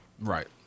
Right